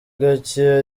gake